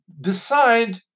decide